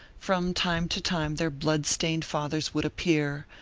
from time to time their blood-stained fathers would appear,